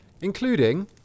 including